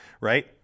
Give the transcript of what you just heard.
right